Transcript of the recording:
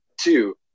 two